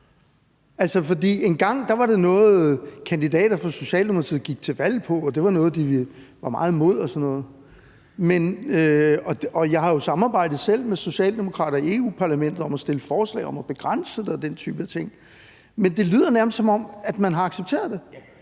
engang var det noget, kandidater fra Socialdemokratiet gik til valg på, og det var noget, de var meget imod og sådan noget. Og jeg har jo selv samarbejdet med socialdemokrater i Europa-Parlamentet om at stille forslag om at begrænse den type ting. Men det lyder nærmest, som om man har accepteret det,